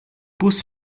bus